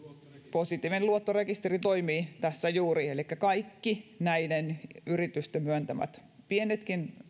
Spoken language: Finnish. positiivinen luottorekisteri toimii tässä juuri elikkä kaikki näiden yritysten myöntämät pienetkin